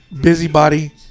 busybody